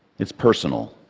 it's personal.